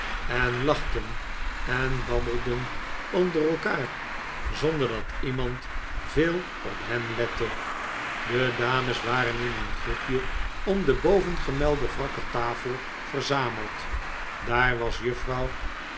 en lachten en babbelden onder elkaar zonder dat iemand veel op hen lette de dames waren in een groepje om de bovengemelde wrakke tafel verzameld daar was juffrouw